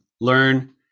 learn